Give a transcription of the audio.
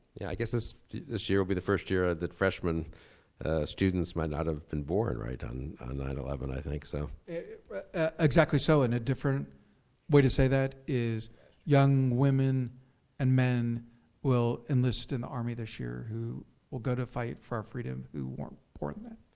yeah, i guess this this year will be the first year that freshmen students might not have been born, right? on nine eleven i think, so. exactly so, and a different way to say that is young women and men will enlist in the army this year who will go to fight for our freedom, who weren't born then.